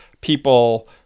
people